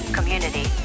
Community